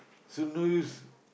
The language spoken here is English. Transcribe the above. so no use